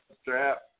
strap